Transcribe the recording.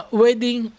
wedding